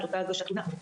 את אותה הגשת תלונה,